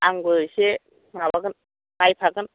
आंबो एसे माबागोन नायफागोन